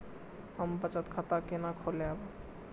हम बचत खाता केना खोलैब?